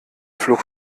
flog